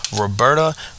Roberta